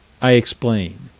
i explain.